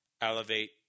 elevate